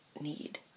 need